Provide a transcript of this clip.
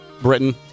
Britain